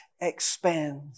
expands